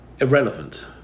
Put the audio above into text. irrelevant